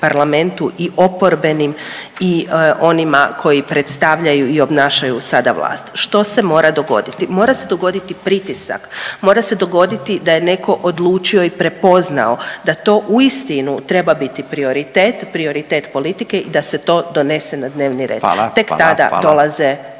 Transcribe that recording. i oporbenim i onima koji predstavljaju i obnašaju sada vlast. Što se mora dogoditi? Mora se dogoditi pritisak, mora se dogoditi da je netko odlučio i prepoznao da to uistinu treba biti prioritet, prioritet politike i da se to donese na dnevni red. …/Upadica: